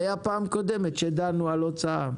בפעם הקודמת כשדנו על הוצאה.